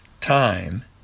time